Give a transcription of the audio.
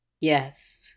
Yes